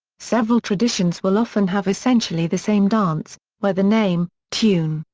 several traditions will often have essentially the same dance, where the name, tune,